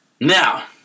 Now